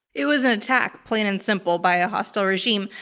it was an attack, plain and simple, by a hostile regime.